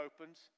opens